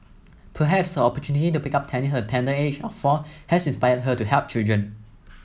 perhaps her opportunity to pick up tennis at the tender age of four has inspired her to help children